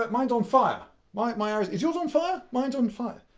but mine's on fire. my. my arrow's. is yours on fire? mine's on fire.